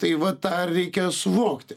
tai vat tą ir reikia suvokti